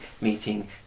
meeting